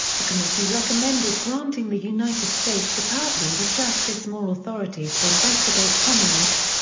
the committee recommended granting the united states department of justice more authority to investigate communists,